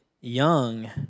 young